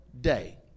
day